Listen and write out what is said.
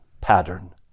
pattern